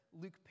Luke